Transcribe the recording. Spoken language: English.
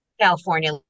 California